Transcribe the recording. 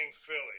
Philly